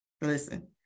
Listen